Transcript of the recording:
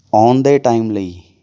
ਆਉਣ ਦੇ ਟਾਈਮ ਲਈ